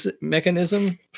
mechanism